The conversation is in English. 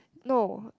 no